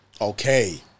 Okay